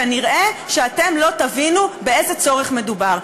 כנראה אתם לא תבינו באיזה צורך מדובר.